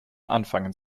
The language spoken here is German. anfangen